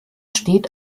steht